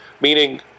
meaning